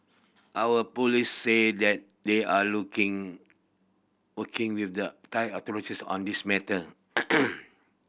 our police say that they are looking working with the Thai authorities on this matter